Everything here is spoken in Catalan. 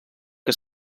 que